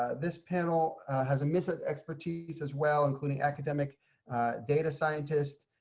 this panel has a missing expertise as well, including academic data scientist,